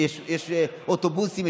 יש אוטובוסים,